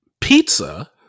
Pizza